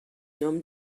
homme